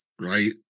Right